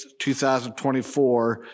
2024